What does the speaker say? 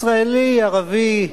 ישראלי-ערבי,